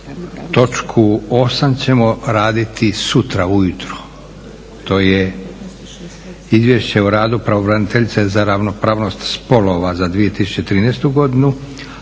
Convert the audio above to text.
točku 8. ćemo raditi sutra ujutro, to je Izvješće o radu pravobraniteljice za ravnopravnost spolova za 2013.godinu,